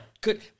good